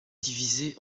divisé